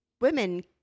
women